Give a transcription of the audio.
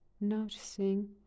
noticing